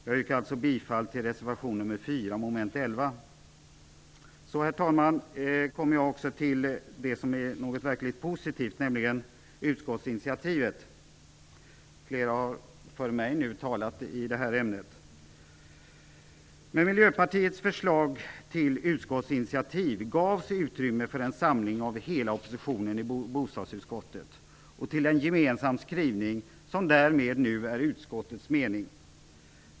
Jag yrkar således bifall till reservation 4, mom. 11. Herr talman! Nu kommer jag till något som verkligen är positivt, nämligen utskottsinitiativet. Flera har före mig berört det ämnet. Med Miljöpartiets förslag till utskottsinitiativ gavs utrymme för en samling av hela oppositionen i bostadsutskottet och till en gemensam skrivning, som därmed nu är utskottets mening.